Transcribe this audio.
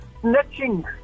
snatching